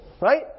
right